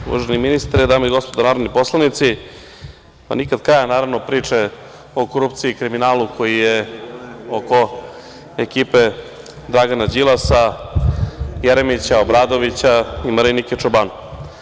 Uvaženi ministre, dame i gospodo narodni poslanici, nikad kraja naravno priče o korupciji, kriminalu koji je oko ekipe Dragana Đilasa, Jeremića, Obradovića i Marinike Čobanov.